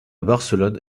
barcelone